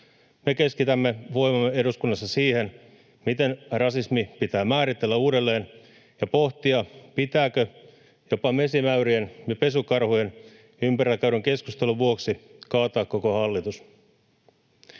me keskitämme voimamme eduskunnassa siihen, miten rasismi pitää määritellä uudelleen, ja pohdimme, pitääkö jopa mesimäyrien ja pesukarhujen ympärillä käydyn keskustelun vuoksi kaataa koko hallitus.